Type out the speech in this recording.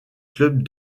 club